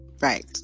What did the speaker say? right